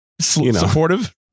supportive